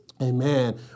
Amen